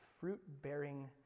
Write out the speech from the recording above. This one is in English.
fruit-bearing